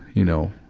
you know,